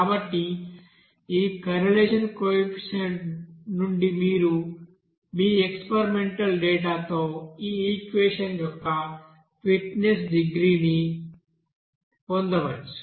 కాబట్టి ఈ correlation coefficients నుండి మీరు మీ ఎక్స్పెరిమెంటల్ డేటా తో ఈ ఈక్వెషన్ యొక్క ఫిట్నెస్ డిగ్రీని పొందవచ్చు